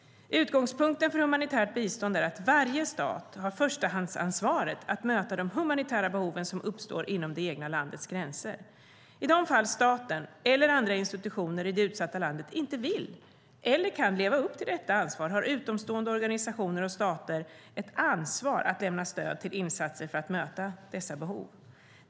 Utgångspunkten för humanitärt bistånd är att varje stat har förstahandsansvaret att möta de humanitära behoven som uppstår inom det egna landets gränser. I de fall staten eller andra institutioner i det utsatta landet inte vill eller kan leva upp till detta ansvar har utomstående organisationer och stater ett ansvar att lämna stöd till insatser för att möta dessa behov.